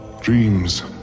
Dreams